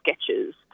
sketches